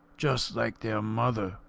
just like their mother.